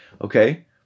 okay